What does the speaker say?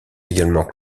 également